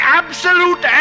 absolute